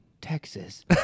Texas